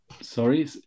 sorry